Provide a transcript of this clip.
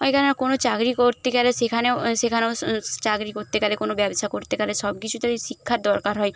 এখানে কোনো চাকরি করতে গেলে সেখানেও সেখানেও চাকরি করতে গেলে কোনো ব্যবসা করতে গেলে সব কিছুতেই শিক্ষার দরকার হয়